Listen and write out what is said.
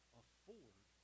afford